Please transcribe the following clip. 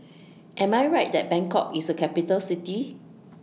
Am I Right that Bangkok IS A Capital City